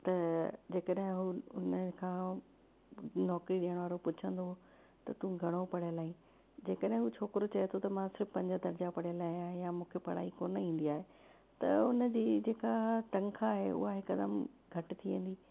त जेकॾहिं उहे उन खां नौकरी ॾियण वारो पुछंदो त तूं घणो पढ़ियलु आई जेकॾहिं उहो छोकिरो चए थो त मां सिर्फ़ु पंज दर्जा पढ़ियलु आहियां या मूंखे पढ़ाई कोन ईंदी आहे त उन जी जेका तंखा आहे उहा हिकदमु घटि थी वेंदी